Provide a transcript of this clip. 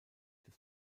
des